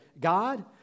God